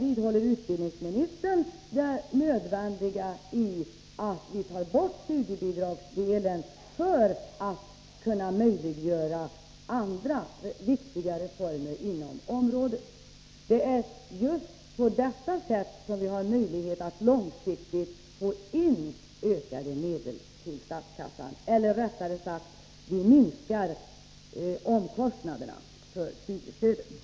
Vidhåller utbildningsministern att det är nödvändigt att ta bort studiebidragsdelen för att kunna möjliggöra andra viktiga reformer inom området? Det är på sådant sätt vi har möjligheter att långsiktigt få in mer medel till statskassan eller rättare sagt minska omkostnaderna för studiestödet.